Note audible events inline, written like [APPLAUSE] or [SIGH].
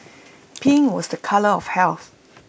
[NOISE] pink was A colour of health